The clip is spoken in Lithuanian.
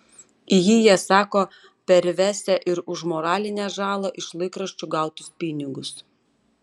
į jį jie sako pervesią ir už moralinę žalą iš laikraščių gautus pinigus